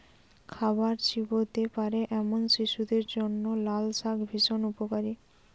খাবার চিবোতে পারে এমন শিশুদের জন্য লালশাক ভীষণ উপকারী